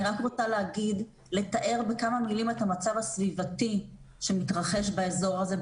אני רק רוצה לתאר בכמה מילים את המצב הסביבתי שמתרחש באזור הזה,